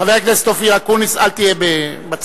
חבר הכנסת אופיר אקוניס, אל תהיה בצינור.